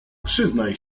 przyznaj